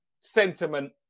sentiment